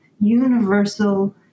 universal